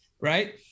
right